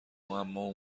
معما